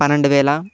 పన్నెండు వేల